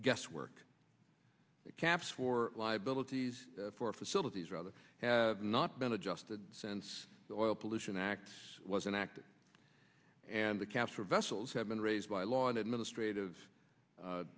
guesswork camps for liabilities for facilities rather have not been adjusted since the oil pollution act was enacted and the capture vessels have been raised by law and administrative